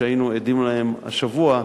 שהיינו עדים להן השבוע,